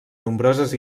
nombroses